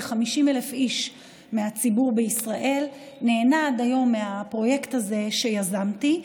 כ-50,000 איש מהציבור בישראל נהנים עד היום מהפרויקט הזה שיזמתי.